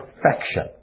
perfection